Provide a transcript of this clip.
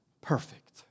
perfect